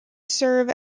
serve